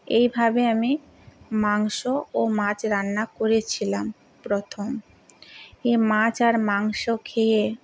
এইভাবে আমি মাংস ও মাছ রান্না করেছিলাম প্রথম এই মাছ আর মাংস খেয়ে